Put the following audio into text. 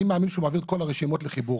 אני מאמין שהוא מעביר את כל הרשומות לחיבור.